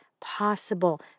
possible